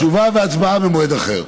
תשובה והצבעה במועד אחר.